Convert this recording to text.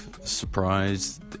surprise